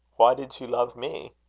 why did you love me?